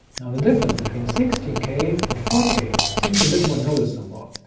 now the difference between sixteen k and four k seems a bit more noticeable,